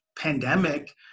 pandemic